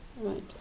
Right